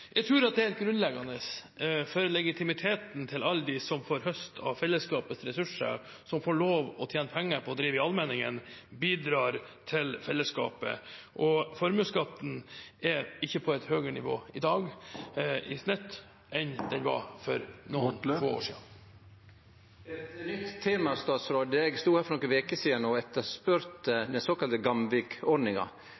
Jeg tror det er helt grunnleggende for legitimiteten til alle dem som får høste av fellesskapets ressurser, som får lov til å tjene penger på å drive i allmenningen, at de bidrar til fellesskapet. Formuesskatten er i snitt ikke på et høyere nivå i dag enn den var for noen få år siden. Eit nytt tema: Eg stod her for nokre veker sidan og